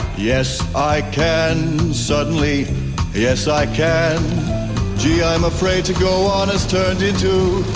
yes, i can, suddenly yes, i can gee, i'm afraid to go on has turned into,